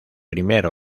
primer